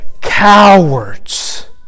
cowards